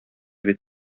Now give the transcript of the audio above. бит